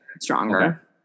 stronger